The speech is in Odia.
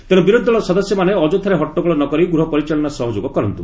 ତେଣୁ ବିରୋଧି ଦଳର ସଦସ୍ୟମାନେ ଅଯଥାରେ ହଟ୍ଟଗୋଳ ନ କରି ଗୃହ ପରିଚାଳନାରେ ସହଯୋଗ କରନ୍ତ